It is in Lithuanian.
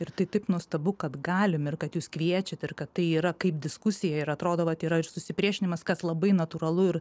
ir tai taip nuostabu kad galim ir kad jūs kviečiat ir kad tai yra kaip diskusija ir atrodo kad yra ir susipriešinimas kas labai natūralu ir